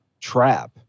trap